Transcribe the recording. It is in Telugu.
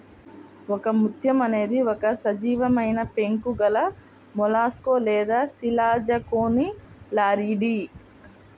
ఒకముత్యం అనేది ఒక సజీవమైనపెంకు గలమొలస్క్ లేదా శిలాజకోనులారియిడ్